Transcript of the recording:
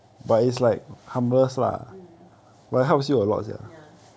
mm ya